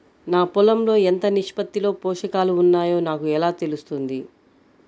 నా పొలం లో ఎంత నిష్పత్తిలో పోషకాలు వున్నాయో నాకు ఎలా తెలుస్తుంది?